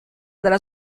della